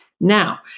Now